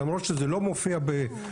למרות שזה לא מופיע במקור.